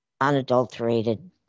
unadulterated